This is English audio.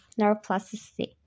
neuroplasticity